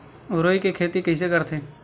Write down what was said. रुई के खेती कइसे करथे?